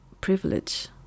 privilege